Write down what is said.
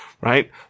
Right